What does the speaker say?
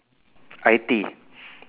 I_T